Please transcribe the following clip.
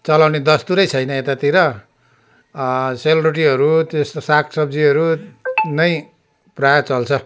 चलाउने दस्तुरै छैन यतातिर सेलरोटीहरू त्यस्तो साग सब्जीहरू नै प्रायः चल्छ